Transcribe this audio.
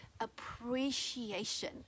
appreciation